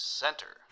center